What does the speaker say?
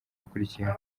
wakurikiyeho